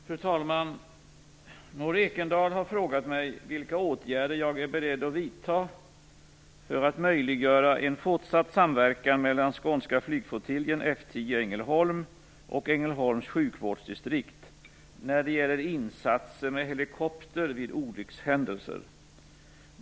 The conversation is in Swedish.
Fru talman! Maud Ekendahl har frågat mig vilka åtgärder jag är beredd att vidta för att möjliggöra en fortsatt samverkan mellan Skånska flygflottiljen, F 10, i Ängelholm och Ängelholms sjukvårdsdistrikt när det gäller insatser med helikopter vid olyckshändelser.